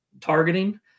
targeting